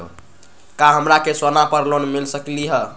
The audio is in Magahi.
का हमरा के सोना पर लोन मिल सकलई ह?